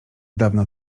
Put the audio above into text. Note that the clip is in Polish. dawna